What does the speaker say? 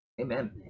Amen